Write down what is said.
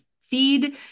feed